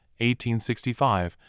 1865